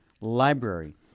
library